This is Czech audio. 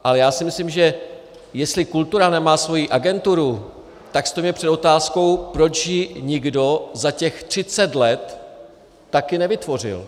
A já si myslím, že jestli kultura nemá svoji agenturu, tak stojíme před otázkou, proč ji nikdo za těch třicet let taky nevytvořil.